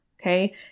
Okay